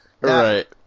Right